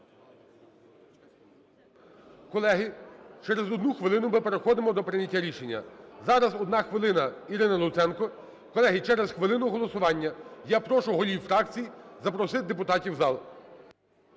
Колеги, через одну хвилину ми переходимо до прийняття рішення. Зараз одна хвилина - Ірина Луценко. Колеги, через хвилину – голосування. Я прошу голів фракцій запросити депутатів в зал.